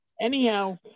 Anyhow